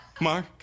Mark